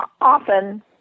often